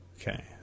Okay